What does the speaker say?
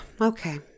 Okay